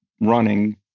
running